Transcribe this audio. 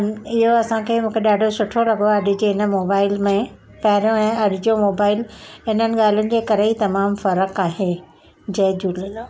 इहो असांखे मूंखे ॾाढो सुठो लॻो आहे अॼु जे हिन मोबाइल में पहिरियों ऐं अॼु जो मोबाइल हिननि ॻाल्हियुनि जे करे ई तमामु फ़र्क़ु आहे जय झूलेलाल